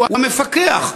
הוא המפקח,